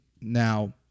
Now